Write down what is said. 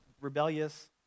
rebellious